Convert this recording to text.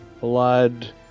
blood